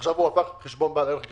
ועכשיו הוא הפך לחשבון בעל ערך גבוה,